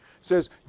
says